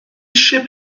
eisiau